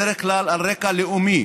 מתקוטטים בדרך כלל על רקע לאומי,